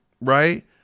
right